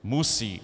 Musí.